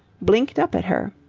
blinked up at her.